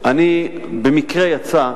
אני לא אומר קדימה במקרה הזה,